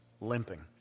limping